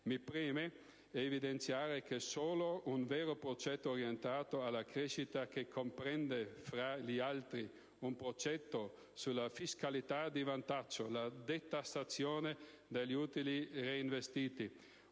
Mi preme evidenziare che solo un vero progetto orientato alla crescita, che comprenda anche un progetto sulla fiscalità di vantaggio, la detassazione degli utili reinvestiti,